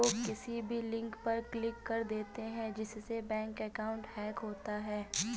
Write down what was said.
लोग किसी भी लिंक पर क्लिक कर देते है जिससे बैंक अकाउंट हैक होता है